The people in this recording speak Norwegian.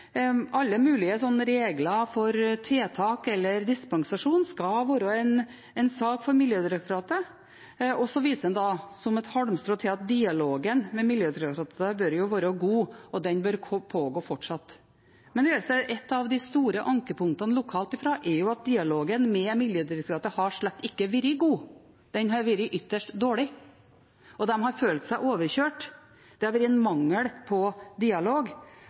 alle mulige regler for tiltak eller dispensasjon skal være en sak for Miljødirektoratet, og så viser en til – som et halmstrå – at dialogen med Miljødirektoratet bør være god, og at den fortsatt bør pågå. Men så er det slik at et av de store ankepunktene lokalt er at dialogen med Miljødirektoratet slett ikke har vært god. Den har vært ytterst dårlig, og de har følt seg overkjørt. Det har vært en mangel på dialog,